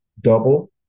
double